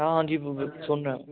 ਹਾਂ ਹਾਂਜੀ ਸੁਣ ਰਿਹਾ ਹਾਂ